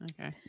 Okay